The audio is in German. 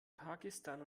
pakistan